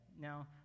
Now